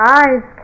eyes